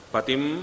Patim